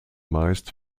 meist